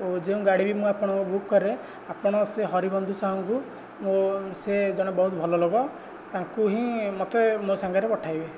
ଓ ଯେଉଁ ଗାଡ଼ି ବି ମୁଁ ଆପଣଙ୍କ ବୁକ୍ କରେ ଆପଣ ସେ ହରିବନ୍ଧୁ ସାହୁଙ୍କୁ ଓ ସେ ଜଣେ ବହୁତ ଭଲ ଲୋକ ତାଙ୍କୁ ହିଁ ମୋତେ ମୋ ସାଙ୍ଗରେ ପଠାଇବେ